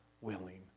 willing